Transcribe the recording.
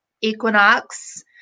equinox